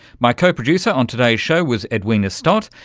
my co-producer on today's show was edwina stott,